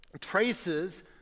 traces